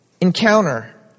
Encounter